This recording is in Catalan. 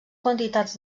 quantitats